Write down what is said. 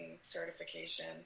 certification